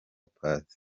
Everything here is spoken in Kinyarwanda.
paccy